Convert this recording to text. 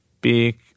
big